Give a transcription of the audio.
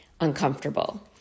uncomfortable